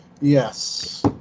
Yes